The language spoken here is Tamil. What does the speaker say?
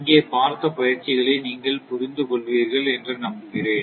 இங்கே பார்த்த பயிற்சிகளை நீங்கள் புரிந்து கொள்வீர்கள் என்று நம்புகிறேன்